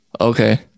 okay